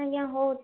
ଆଜ୍ଞା ହଉ